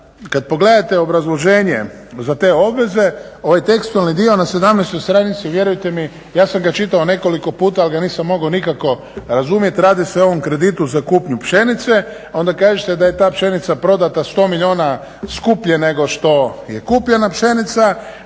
kada pogledate obrazloženje za te obveze ovaj tekstualni dio na 17.stranici vjerujte mi ja sam ga čitao nekoliko puta ali ga nisam mogao nikako razumjeti. Radi se o ovom kreditu za kupnju pšenice onda kažete da je ta pšenica prodata 100 milijuna skuplje nego što je kupljena pšenica,